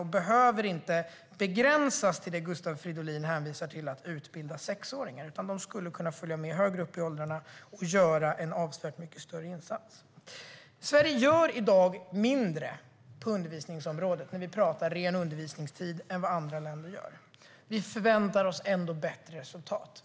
De behöver inte begränsas till att utbilda sexåringar, som Gustav Fridolin hänvisar till. De skulle kunna följa med högre upp i åldrarna och göra en avsevärt mycket större insats. Sverige gör i dag mindre på undervisningsområdet när vi talar om ren undervisningstid än vad andra länder gör. Vi förväntar oss ändå bättre resultat.